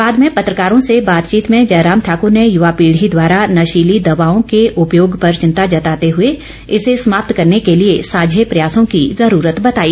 बाद में पत्रकारों से बातचीत में जयराम ठाक्र ने युवा पीढ़ी द्वारा नशीली दवाओं के उपयोग पर चिंता जताते हुए इसे समाप्त करने के लिए सांझे प्रयासों की ज़रूरत बताई